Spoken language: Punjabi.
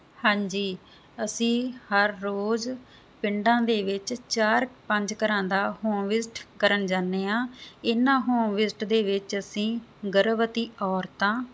ਹਾਂਜੀ ਅਸੀਂ ਹਰ ਰੋਜ਼ ਪਿੰਡਾਂ ਦੇ ਵਿੱਚ ਚਾਰ ਪੰਜ ਘਰਾਂ ਦਾ ਹੋਮਵਿਸਟ ਕਰਨ ਜਾਦੇ ਆ ਇਹਨਾਂ ਹੋਵਿਸਟ ਦੇ ਵਿੱਚ ਅਸੀਂ ਗਰਭਵਤੀ ਔਰਤਾਂ